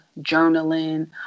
journaling